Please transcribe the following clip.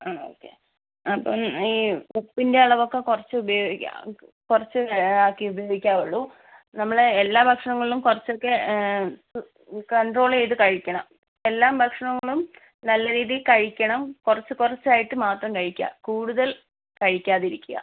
ആ ഓക്കെ അപ്പം ഈ ഉപ്പിൻ്റെ അളവൊക്കെ കുറച്ച് ഉപയോഗിക്കുക കുറച്ച് ആക്കി ഉപയോഗിക്കാവുള്ളൂ നമ്മൾ എല്ലാ ഭക്ഷണങ്ങളിലും കുറച്ച് ഒക്കെ കണ്ട്രോൾ ചെയ്ത് കഴിക്കണം എല്ലാ ഭക്ഷണങ്ങളും നല്ല രീതിയിൽ കഴിക്കണം കുറച്ച് കുറച്ചായിട്ട് മാത്രം കഴിക്കുക കൂടുതൽ കഴിക്കാതിരിക്കുക